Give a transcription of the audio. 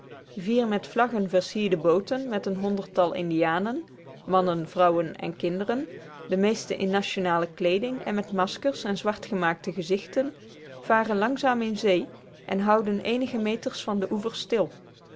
vier met vlaggen versierde booten met een honderdtal indianen mannen vrouwen en kinderen de meeste in nationale kleeding en met maskers en zwartgemaakte gezichten varen langzaam in zee op en houden eenige meters van den oever stil